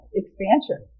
expansion